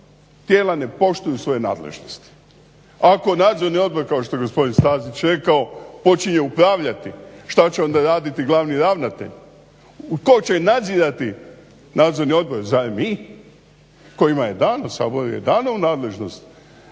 tijela ne poštuju svoje nadležnosti, ako nadzorni odbor kao što je gospodin Stazić rekao počinje upravljati, šta će onda raditi glavni ravnatelj? Tko će nadzirati nadzorni odbor? Zar mi kojima je dano? Saboru je dano u nadležnost